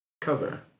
Cover